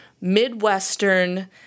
Midwestern